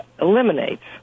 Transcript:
eliminates